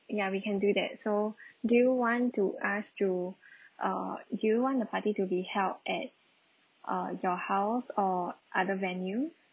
ya we can do that so do you want to us to uh do you want the party to be held at uh your house or other venue